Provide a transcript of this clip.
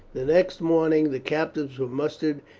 the next morning the captives were mustered,